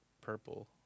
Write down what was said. purple